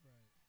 Right